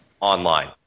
online